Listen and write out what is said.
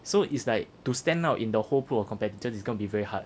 so is like to stand out in the whole pool of competitors is gonna be very hard